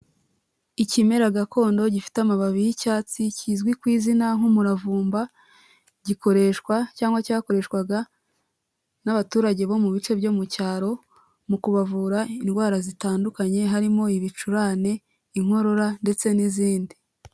Ikimera gakondo gifite amababi y'icyatsi kizwi ku izina nk'umuravumba, gikoreshwa cyangwa cyakoreshwaga n'abaturage bo mu bice byo mu cyaro, mu kubavura indwara zitandukanye harimo ibicurane inkorora ndetse n'izindi.